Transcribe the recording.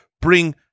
bring